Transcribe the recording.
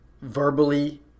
verbally